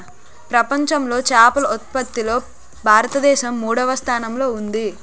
ప్రపంచంలో చేపల ఉత్పత్తిలో భారతదేశం మూడవ స్థానంలో ఉంది